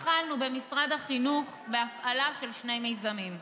התחלנו במשרד החינוך בהפעלה של שני מיזמים: